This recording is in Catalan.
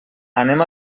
anem